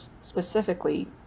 specifically